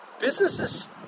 businesses